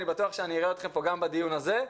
אני בטוח שאני אראה אתכם פה גם בדיון הזה.